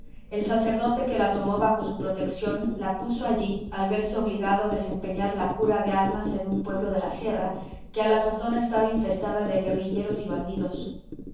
el sacerdote que la tomó bajo su protección la puso allí al verse obligado a desempeñar la cura de almas en un pueblo de la sierra que a la sazón estaba infestada de guerrilleros y bandidos